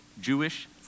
Jewish